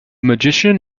magician